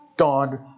God